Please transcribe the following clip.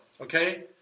Okay